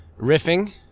riffing